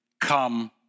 come